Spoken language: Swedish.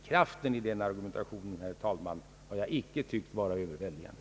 Kraften i den argumentationen har jag, herr talman, inte tyckt vara överväldigande.